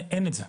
אין את זה.